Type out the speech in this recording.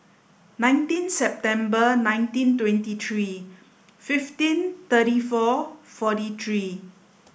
nineteen September nineteen twenty three fifteen thirty four forty three